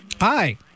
Hi